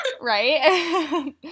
Right